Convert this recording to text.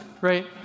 right